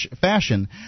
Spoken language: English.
fashion